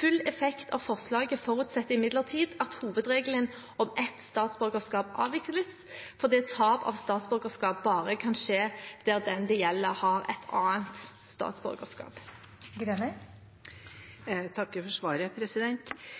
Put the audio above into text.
Full effekt av forslaget forutsetter imidlertid at hovedregelen om ett statsborgerskap avvikles, fordi tap av statsborgerskap bare kan skje der den det gjelder, har et annet statsborgerskap. Jeg takker for svaret.